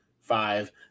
five